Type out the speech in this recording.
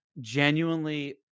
genuinely –